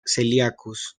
celíacos